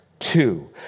Two